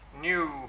new